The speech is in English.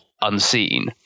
unseen